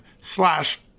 slash